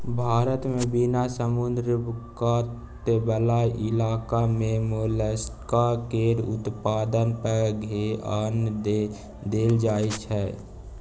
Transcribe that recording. भारत मे बिना समुद्र कात बला इलाका मे मोलस्का केर उत्पादन पर धेआन देल जाइत छै